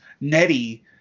Nettie